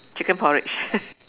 chicken porridge